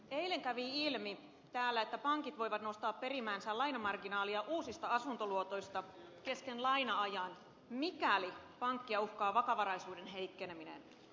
eilen kävi täällä ilmi että pankki voi nostaa perimäänsä lainamarginaalia uusista asuntoluotoista kesken laina ajan mikäli pankkia uhkaa vakavaraisuuden heikkeneminen